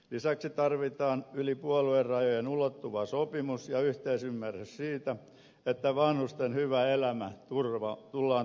lisäksi tarvitaan yli puoluerajojen ulottuva sopimus ja yhteisymmärrys siitä että vanhusten hyvä elämä tullaan turvaamaan